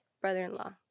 Brother-in-law